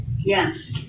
Yes